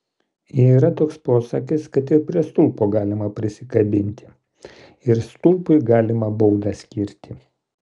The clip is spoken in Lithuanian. yra toks posakis kad ir prie stulpo galima prisikabinti ir stulpui galima baudą skirti